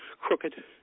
crooked